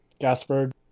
gaspard